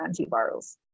antivirals